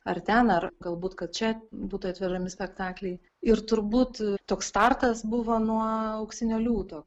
ar ten ar galbūt kad čia būtų atvežami spektakliai ir turbūt toks startas buvo nuo auksinio liūto